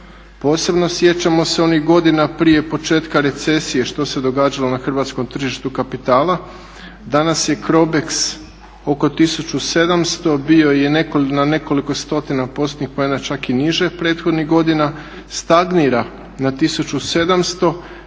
Posebno sjećamo se onih godina prije početka recesije što se događalo na hrvatskom tržištu kapitala. Danas je CROBEX oko 1700, bio je na nekoliko stotina postotnih poena čak i niže prethodnih godina. Stagnira na 1700.